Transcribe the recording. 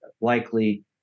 likely